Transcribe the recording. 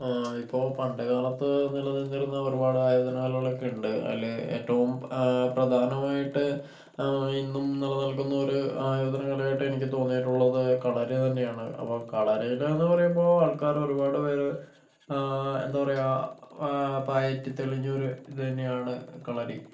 ഇപ്പോൾ പണ്ടുകാലത്ത് നിലനിന്നിരുന്ന ഒരുപാട് ആയോധനകലകളൊക്കെയുണ്ട് അതില് ഏറ്റവും പ്രധാനമായിട്ട് ഇന്നും നിലനിൽക്കുന്ന ഒരു ആയോധനകലയായിട്ട് എനിക്ക് തോന്നിയിട്ടുള്ളത് കളരി തന്നെയാണ് അപ്പോൾ കളരിയിലെന്ന് പറയുമ്പോൾ ആൾക്കാര് ഒരുപാട് പേര് എന്താ പറയുക പയറ്റി തെളിഞ്ഞോര് ഇതുതന്നെയാണ് കളരി